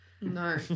No